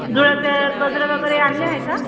जुड्याचं गजरे वगैरे आणले आहे का